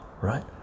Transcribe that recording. right